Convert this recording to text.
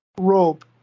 rope